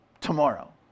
tomorrow